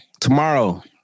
tomorrow